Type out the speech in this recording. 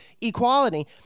equality